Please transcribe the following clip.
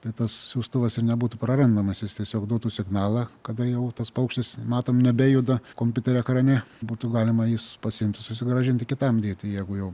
tai tas siųstuvas ir nebūtų prarandamas jis tiesiog duotų signalą kada jau tas paukštis matom nebejuda kompiuterio ekrane būtų galima jį pasiimti susigrąžinti kitam dėti jeigu jau